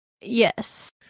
yes